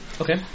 Okay